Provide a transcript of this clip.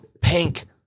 pink